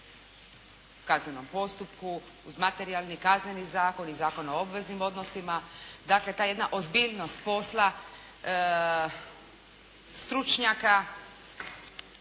o kaznenom postupku, uz Materijalni i Kazneni zakon i Zakon o obveznim odnosima. Dakle, ta jedna ozbiljnost posla, stručnjaka,